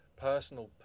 personal